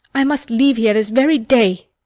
i must leave here this very day!